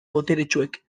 boteretsuek